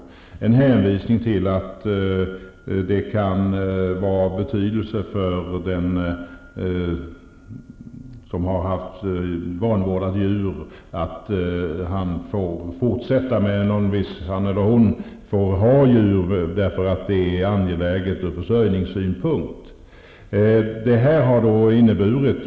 Det är en hänvisning till att det kan vara av betydelse för den som har haft vanvårdade djur att han eller hon får fortsätta att hålla djuren eftersom det är angeläget ur försörjningssynpunkt.